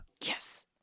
Yes